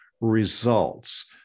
results